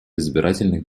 избирательных